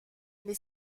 mais